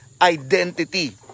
identity